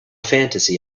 fantasy